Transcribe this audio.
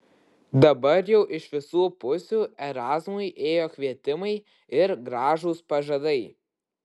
dabar jau iš visų pusių erazmui ėjo kvietimai ir gražūs pažadai